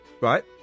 Right